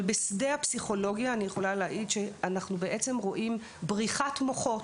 אבל בשדה הפסיכולוגיה אני יכולה להעיד שאנחנו רואים בריחת מוחות,